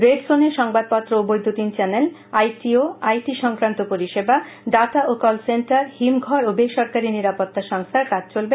red জোনে সংবাদপত্র ও বৈদ্যুতিন চ্যানেল আই টি ও আই টি সংক্রান্ত পরিষেবা ডাটা ও কল সেন্টার হিমঘর ও বেসরকারি নিরাপত্তা সংস্থার কাজ চলবে